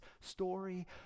story